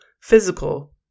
physical